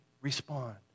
respond